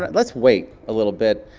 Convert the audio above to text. but let's wait a little bit.